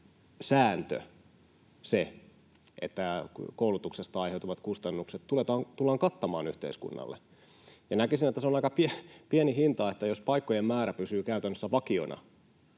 sääntö, että koulutuksesta aiheutuvat kustannukset tullaan kattamaan yhteiskunnalle. Näkisin, että se on aika pieni hinta, jos paikkojen määrä pysyy käytännössä vakiona